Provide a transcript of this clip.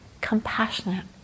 compassionate